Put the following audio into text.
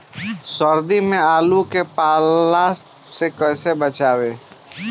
सर्दी में आलू के पाला से कैसे बचावें?